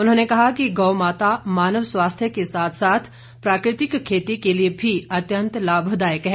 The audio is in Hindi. उन्होंने कहा कि गौ माता मानव स्वास्थ्य के साथ साथ प्राकृतिक खेती के लिए भी अत्यंत लाभदायक है